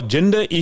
Gender